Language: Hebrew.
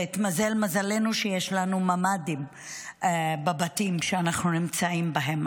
והתמזל מזלנו שיש לנו ממ"דים בבתים שאנחנו נמצאים בהם,